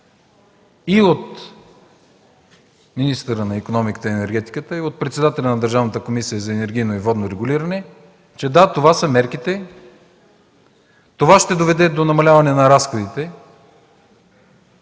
и от министъра на икономиката и енергетиката, и от председателя на Държавната комисия за енергийно и водно регулиране – да, това са мерките, това ще доведе до намаляване на разходите,